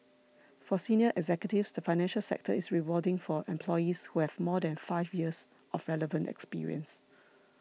for senior executives the financial sector is rewarding for employees who have more than five years of relevant experience